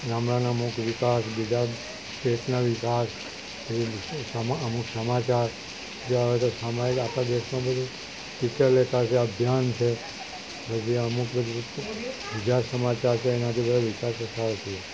ગામડાના અમુક વિકાસ બીજા સ્ટેટના વિકાસ પછી અમુક સમાચાર જે આવે તે સામાયિક આપણા દેશમાં બધુ ચિત્રલેખા છે અભિયાન છે પછી અમુક ગુજરાત સમાચાર છે એનાથી બધે વિકાસ તો સારો થયો